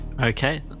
Okay